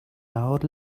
out